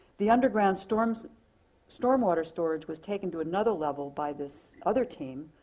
the underground storm so storm water storage was taken to another level by this other team,